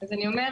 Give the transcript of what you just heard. אז אני אומרת,